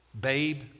babe